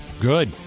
Good